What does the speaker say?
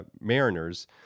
mariners